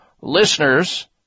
listeners